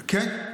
כן.